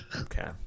Okay